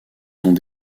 sont